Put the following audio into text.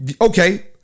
Okay